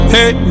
Hey